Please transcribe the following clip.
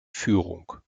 führung